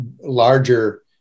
larger